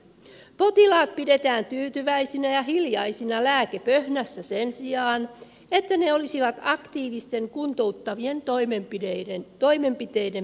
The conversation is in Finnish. potilaat pidetään tyytyväisinä ja hiljaisina lääkepöhnässä sen sijaan että he olisivat aktiivisten kuntouttavien toimenpiteiden piirissä